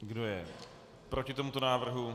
Kdo je proti tomuto návrhu?